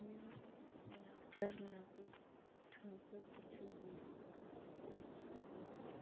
ᱤᱧᱟᱹᱜ ᱞᱟᱠᱪᱟᱨ ᱞᱟᱹᱜᱤᱫ ᱴᱷᱟᱹᱣᱠᱟᱹ ᱠᱤᱪᱷᱩ ᱵᱤᱨᱤᱫ ᱠᱟᱹᱢᱤ ᱵᱤᱨᱤᱫ ᱫᱚ ᱦᱩᱭᱩᱜ ᱠᱟᱱᱟ